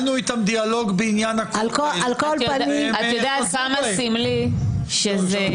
ניהלנו איתם דיאלוג בעניין --- את יודעת כמה סמלי -- סימבולי.